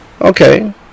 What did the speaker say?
Okay